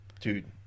dude